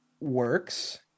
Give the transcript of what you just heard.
works